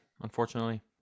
unfortunately